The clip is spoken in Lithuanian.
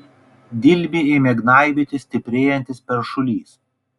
dilbį ėmė gnaibyti stiprėjantis peršulys